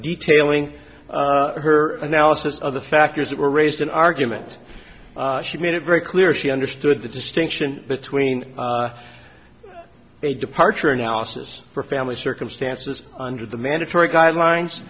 detailing her analysis of the factors that were raised in argument she made it very clear she understood the distinction between a departure analysis for family circumstances under the mandatory guidelines